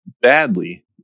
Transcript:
badly